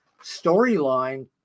storyline